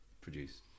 produce